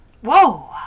Whoa